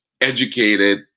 educated